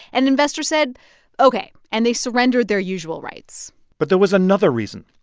an investor said ok. and they surrendered their usual rights but there was another reason.